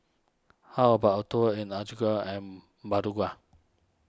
how about a tour in Antigua and